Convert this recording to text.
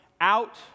out